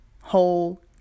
whole